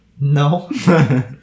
No